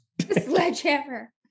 Sledgehammer